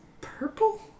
purple